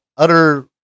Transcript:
utter